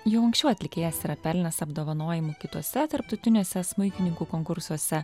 jau anksčiau atlikėjas yra pelnęs apdovanojimų kituose tarptautiniuose smuikininkų konkursuose